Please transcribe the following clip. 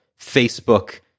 Facebook